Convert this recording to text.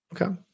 Okay